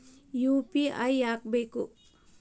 UPI ಯಾಕ್ ಬೇಕು?